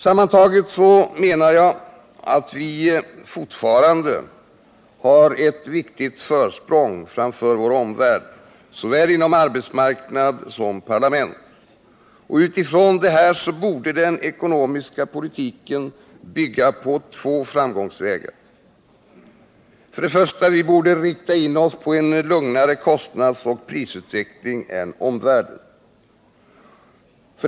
Sammantaget menar jag att vi fortfarande har ett viktigt försprång framför vår omvärld, inom såväl arbetsmarknad som parlament. Utifrån detta borde den ekonomiska politiken bygga på två framgångsvägar: 1. Vi borde rikta in oss på en lugnare kostnadsoch prisutveckling än omvärlden. 2.